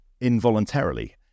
involuntarily